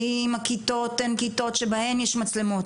האם הכיתות הן כיתות שבהן יש מצלמות,